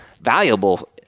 valuable